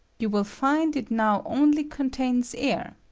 you will find it now only contains air.